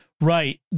Right